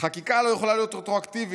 "חקיקה לא יכולה להיות רטרואקטיבית,